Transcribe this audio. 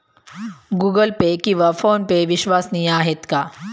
Google Pay किंवा PhonePe विश्वसनीय आहेत का?